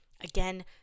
Again